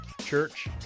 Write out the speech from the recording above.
church